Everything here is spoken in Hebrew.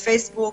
בפייסבוק,